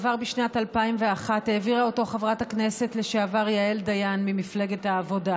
עבר בשנת 2001. העבירה אותו חברת הכנסת לשעבר יעל דיין ממפלגת העבודה.